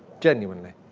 genuinely.